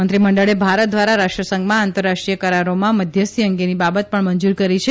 મંત્રીમંડળે ભારત દ્વારા રાષ્ટ્રસંઘમાં આંતરરાષ્ટ્રીય કરારોમાં મધ્યસ્થી અંગેની બાબત પણ મંજુર કરી છે